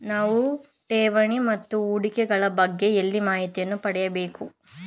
ನಾವು ಠೇವಣಿ ಮತ್ತು ಹೂಡಿಕೆ ಗಳ ಬಗ್ಗೆ ಎಲ್ಲಿ ಮಾಹಿತಿಯನ್ನು ಪಡೆಯಬೇಕು?